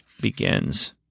begins